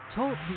Talk